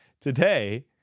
Today